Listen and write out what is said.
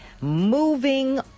Moving